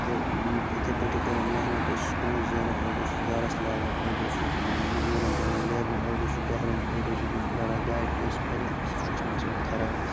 تہٕ یِتھَے پٲٹھی کٔرٕم محنت اوسُس پونٛسہٕ زینان اوٚڑ اوسُس گَرَس لاگان أڑۍ اوسُس یِم مٔزوٗرَن دِوان لیبرَن أڑۍ اوسُس بِہَاریٚن أڑۍ اوسُس یہِ بران گاڑِ قٕس واریاہ سُچویشَن ٲس مےٚ خراب